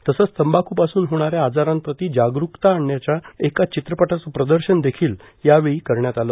तसंच तंबाखूपासून होणाऱ्या आजारांप्रति जागरूकता करणाऱ्या एका चित्रपटाचं प्रदर्शन देखिल यावेळी करण्यात आलं